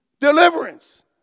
deliverance